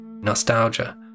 nostalgia